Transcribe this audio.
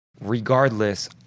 Regardless